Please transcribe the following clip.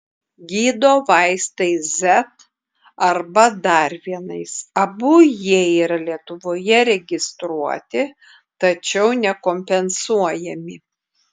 gydo vaistais z arba dar vienais abu jie yra lietuvoje registruoti tačiau nekompensuojami